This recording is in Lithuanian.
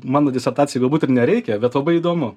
mano disertacijai galbūt ir nereikia bet labai įdomu